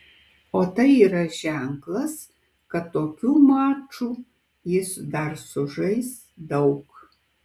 o tai yra ženklas kad tokių mačų jis dar sužais daug